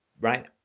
Right